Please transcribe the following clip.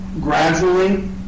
gradually